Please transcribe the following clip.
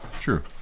True